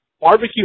Barbecue